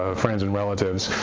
ah friends and relatives,